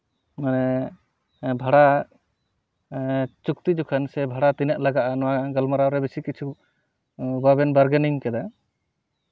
ᱢᱟᱱᱮ ᱵᱷᱟᱲᱟ ᱪᱩᱠᱛᱤ ᱡᱚᱠᱷᱚᱱ ᱥᱮ ᱵᱷᱟᱲᱟ ᱛᱤᱱᱟᱹᱜ ᱞᱟᱜᱟᱜᱼᱟ ᱱᱚᱣᱟ ᱜᱟᱞᱢᱟᱨᱟᱣ ᱨᱮ ᱵᱮᱥᱤ ᱠᱤᱪᱷᱩ ᱵᱟᱵᱮᱱ ᱵᱟᱨᱜᱮᱱᱤᱝ ᱟᱠᱟᱫᱟ